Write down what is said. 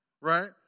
right